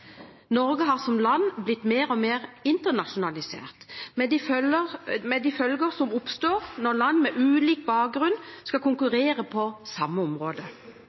Norge som land har blitt mer og mer internasjonalisert, med de følger som da oppstår. Når land med ulik bakgrunn skal konkurrere på samme område,